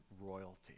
royalty